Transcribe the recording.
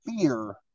fear